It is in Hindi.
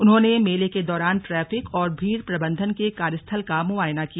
उन्होंने मेले के दौरान ट्रैफिक और भीड़ प्रबन्धन के कार्य स्थल का मुआयना किया